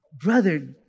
Brother